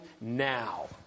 now